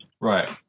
Right